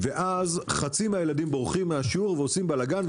חצי מהילדים בורחים מהשיעור ועושים בלגן,